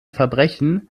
verbrechen